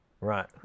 Right